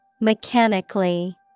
Mechanically